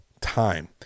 time